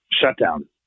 Shutdown